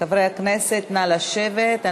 חברי הכנסת, נא לשבת.